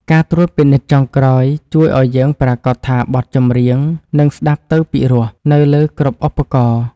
ការត្រួតពិនិត្យចុងក្រោយជួយឱ្យយើងប្រាកដថាបទចម្រៀងនឹងស្ដាប់ទៅពីរោះនៅលើគ្រប់ឧបករណ៍។